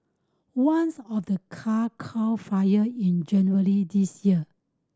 ones of the car caught fire in January this year